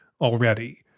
already